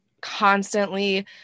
constantly